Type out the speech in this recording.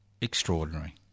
extraordinary